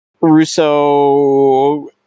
Russo